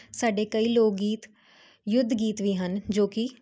ਸਾਡੇ ਕਈ ਲੋਕ ਗੀਤ ਯੁੱਧ ਗੀਤ ਵੀ ਹਨ ਜੋ ਕੀ